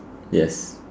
yes